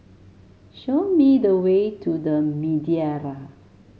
show me the way to The Madeira